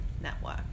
network